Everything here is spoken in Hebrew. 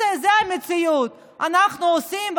אז זאת המציאות: אנחנו עושים,